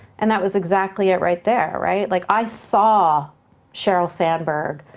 and that was exactly it right there, right? like i saw sheryl sandberg.